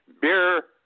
beer